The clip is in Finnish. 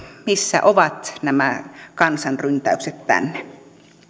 missä ovat nämä kansanryntäykset tänne